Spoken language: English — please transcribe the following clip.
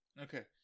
Okay